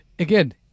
again